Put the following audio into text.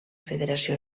federació